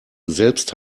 selbst